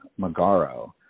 Magaro